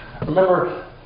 Remember